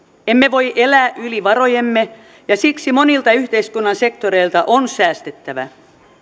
emme voi elää yli varojemme ja siksi monilta yhteiskunnan sektoreilta on säästettävä